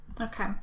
Okay